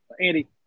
Andy